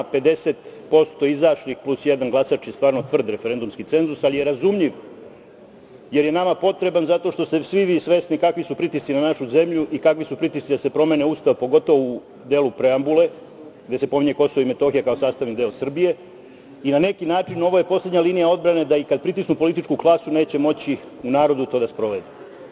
Pedeset posto izašlih plus jedan glasač je stvarno tvrd referendumski cenzus, ali je razumljiv, jer je nama potreban zato što ste svi vi svesni kakvi su pritisci na našu zemlju i kakvi su pritisci da se promeni Ustav, pogotovo u delu preambule gde se pominje Kosovo i Metohija kao sastavni deo Srbije i na neki način ovo je poslednja linija odbrane da i kad pritisnu političku klasu neće moći u narodu to da sprovedu.